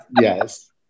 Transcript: Yes